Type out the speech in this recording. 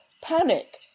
panic